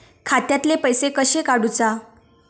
खात्यातले पैसे कशे काडूचा?